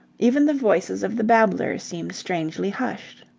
even the voices of the babblers seemed strangely hushed.